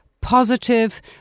positive